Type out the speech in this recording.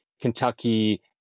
Kentucky